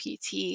PT